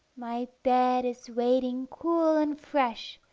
my bed is waiting cool and fresh,